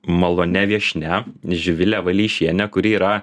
malonia viešnia živile valeišiene kuri yra